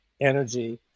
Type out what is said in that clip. energy